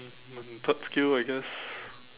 third skill I guess